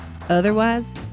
Otherwise